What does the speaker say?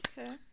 Okay